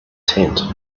tent